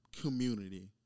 community